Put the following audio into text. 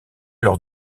lors